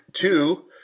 two